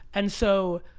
and so,